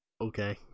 Okay